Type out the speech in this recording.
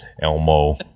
Elmo